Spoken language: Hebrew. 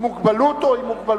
עם מוגבלות או עם מוגבלויות?